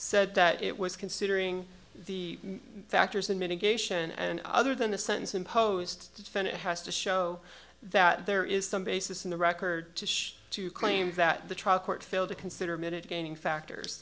said that it was considering the factors in mitigation and other than the sentence imposed defendant has to show that there is some basis in the record to claim that the trial court failed to consider mitigating factors